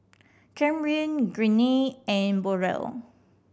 Camryn Greene and Burrell